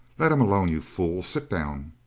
let him alone, you fool! sit down!